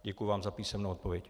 Děkuji vám za písemnou odpověď.